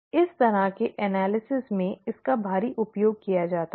इस तरह के विश्लेषण में इसका भारी उपयोग किया जाता है